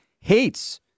hates